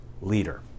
leader